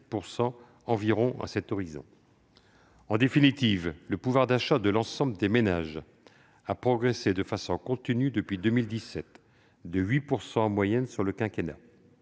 15,7 % à cet horizon. En définitive, le pouvoir d'achat de l'ensemble des ménages a progressé de manière continue depuis 2017, de 8 % en moyenne sur le quinquennat.